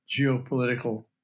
geopolitical